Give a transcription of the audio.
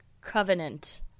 covenant